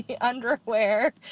underwear